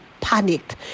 panicked